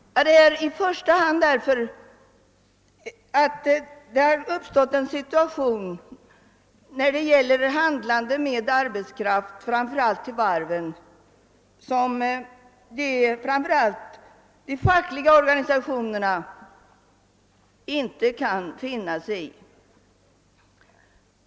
Ja, det har först och främst — framför allt på varven — uppstått en handel med arbetskraft, som företrädesvis de fackliga organisationerna inte kunnat finna sig i.